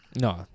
No